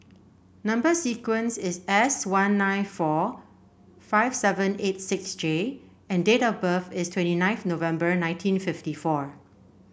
number sequence is S one nine four five seven eight six J and date of birth is twenty ninth November nineteen fifty four